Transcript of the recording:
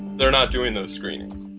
they're not doing those screenings.